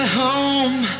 home